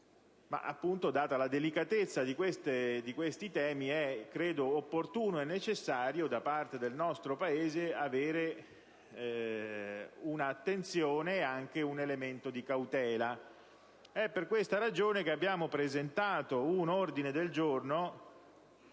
ma appunto, data la delicatezza di questi temi, credo sia opportuno e necessario, da parte del nostro Paese, avere un'attenzione e anche un elemento di cautela. È per questa ragione che abbiamo presentato l'ordine del giorno